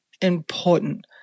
important